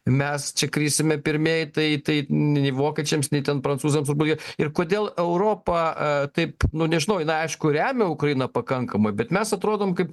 mes čia krisime pirmieji tai tai nei vokiečiams nei ten prancūzams užbaigia ir kodėl europa taip nu nežinau jinai aišku remia ukrainą pakankamai bet mes atrodom kaip